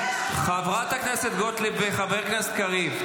להתנגד ------ חברת הכנסת גוטליב וחבר הכנסת קריב,